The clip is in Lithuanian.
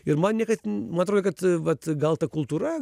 ir man niekad man atrodė kad vat gal ta kultūra